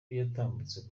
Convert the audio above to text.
yatambutse